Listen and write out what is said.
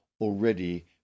already